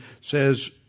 says